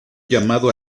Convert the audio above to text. llamado